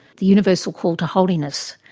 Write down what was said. the universal call to holiness.